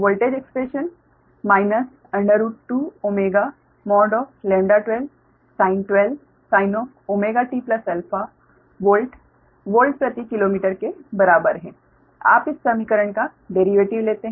voltage expression minus 2ω mod 12t 12 sinωtα volt volt प्रति kilometre के बराबर है आप इस समीकरण का डिरिवैटिव लेते हैं